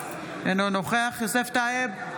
אינו נוכח יוסף טייב,